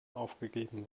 aufgegeben